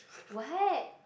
what